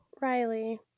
Riley